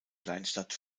kleinstadt